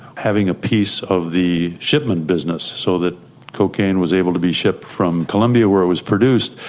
having a piece of the shipment business, so that cocaine was able to be shipped from colombia, where it was produced,